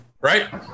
right